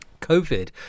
COVID